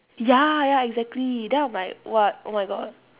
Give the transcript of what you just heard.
ya ya exactly then I'm like what oh my god